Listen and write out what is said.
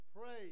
praise